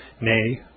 nay